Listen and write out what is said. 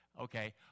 Okay